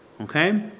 okay